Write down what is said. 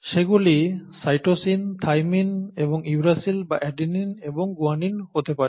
সেগুলি cytosine thymine এবং uracil বা অ্যাডেনিন এবং গুয়ানিন হতে পারে